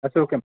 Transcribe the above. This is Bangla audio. আচ্ছা ওকে